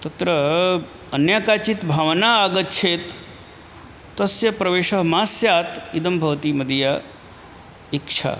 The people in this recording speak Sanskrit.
तत्र अन्य काचित् भावना आगच्छेत् तस्य प्रवेशः मा स्यात् इदं भवति मदीय ईक्षा